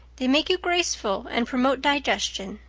they make you graceful and promote digestion.